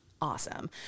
awesome